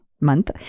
month